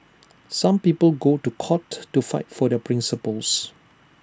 some people go to court to fight for their principles